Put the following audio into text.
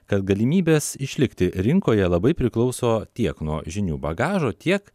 kad galimybės išlikti rinkoje labai priklauso tiek nuo žinių bagažo tiek